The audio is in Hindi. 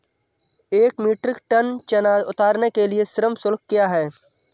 एक मीट्रिक टन चना उतारने के लिए श्रम शुल्क क्या है?